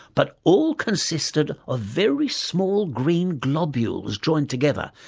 but all consisted of very small green globules joined together,